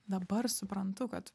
dabar suprantu kad